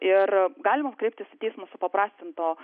ir galima kreiptis į teismą supaprastinto